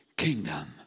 kingdom